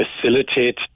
Facilitate